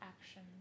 action